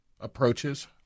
approaches